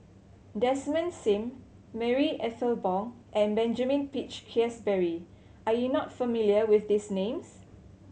Desmond Sim Marie Ethel Bong and Benjamin Peach Keasberry are you not familiar with these names